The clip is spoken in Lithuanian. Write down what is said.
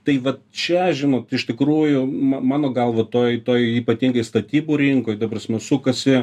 tai vat čia žinot iš tikrųjų mano galva toj toj ypatingai statybų rinkoj dabar pas mus